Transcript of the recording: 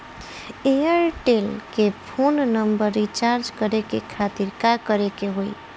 Airtel के phone number recharge करे के खातिर का करे के होई?